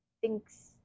thinks